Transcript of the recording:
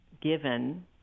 given